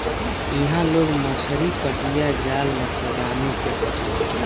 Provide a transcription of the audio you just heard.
इहां लोग मछरी कटिया, जाल, मछरदानी से पकड़ेला